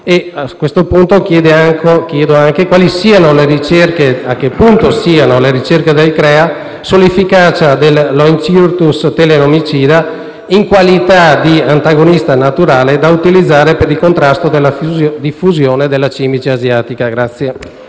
il mondo agricolo; a che punto siano le ricerche del CREA sull'efficacia dell'*Ooencyrtus telenomicida* quale antagonista naturale da utilizzare per il contrasto alla diffusione della cimice asiatica .